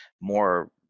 more